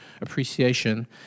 appreciation